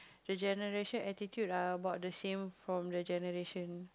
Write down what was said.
the generation attitude are about the same from their generation